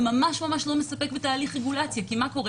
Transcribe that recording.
זה ממש לא מספק בתהליך רגולציה, כי מה קורה